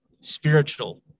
spiritual